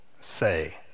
say